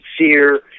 sincere